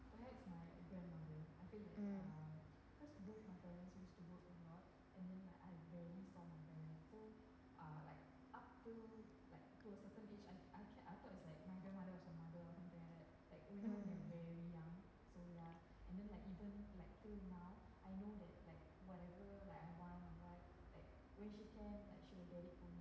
mm mm